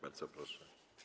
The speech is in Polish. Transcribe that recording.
Bardzo proszę.